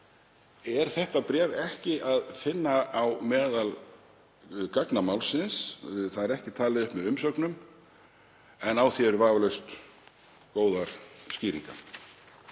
er þetta bréf ekki að finna á meðal gagna málsins. Það er ekki talið upp með umsögnum en á því eru vafalaust góðar skýringar.